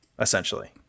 essentially